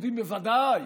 יהודים, בוודאי.